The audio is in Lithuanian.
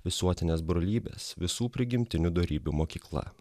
visuotinės brolybės visų prigimtinių dorybių mokykla